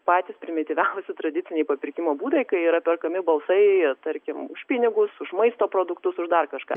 patys primityviausi tradiciniai papirkimo būdai kai yra perkami balsai tarkim už pinigus už maisto produktus už dar kažką